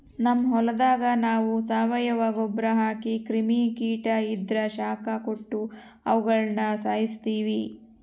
ನಮ್ ಹೊಲದಾಗ ನಾವು ಸಾವಯವ ಗೊಬ್ರ ಹಾಕಿ ಕ್ರಿಮಿ ಕೀಟ ಇದ್ರ ಶಾಖ ಕೊಟ್ಟು ಅವುಗುಳನ ಸಾಯಿಸ್ತೀವಿ